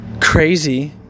crazy